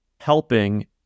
helping